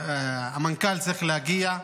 המנכ"ל צריך להגיע,